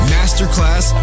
Masterclass